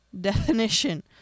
definition